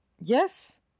Yes